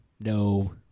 No